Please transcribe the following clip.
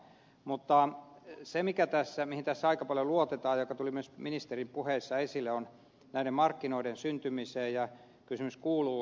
mutta se mihin tässä aika paljon luotetaan ja mikä tuli myös ministerin puheissa esille on näiden markkinoiden syntyminen ja kysymys kuuluu